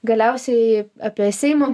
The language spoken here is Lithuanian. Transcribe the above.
galiausiai apie seimo